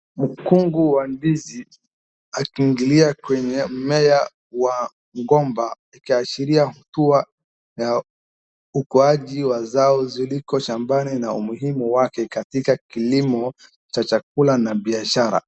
Mkungu wa ndizi ukiingilia kwenye mmea wa mgomba ukiashiria hatua ya ukuaji wa mazao yaliko shambani na umuhimu wake katika kilimo cha chakula na biashara.